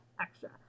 extra